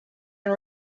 and